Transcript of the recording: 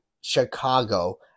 Chicago